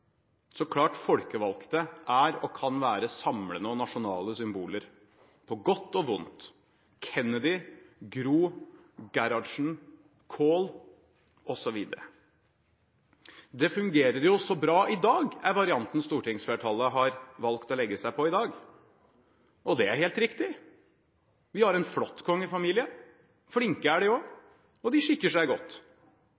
så bra i dag, er varianten stortingsflertallet har valgt å legge seg på i dag, og det er helt riktig. Vi har en flott kongefamilie. Flinke er de også, og de skikker seg godt. Jeg sikter ikke til disse anstrøkene til kritikk av kongehuset som tabloidmediene praktiserer innimellom, med guruoppslag, engler, dyre vesker som Mette-Marit har kjøpt, osv. Det